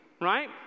right